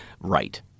right